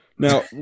Now